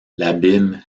l’abîme